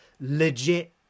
legit